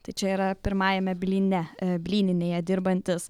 tai čia yra pirmajame blyne blyninėje dirbantis